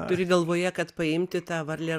turi galvoje kad paimti tą varlę